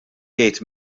jgħid